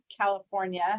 California